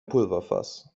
pulverfass